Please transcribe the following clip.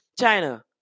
China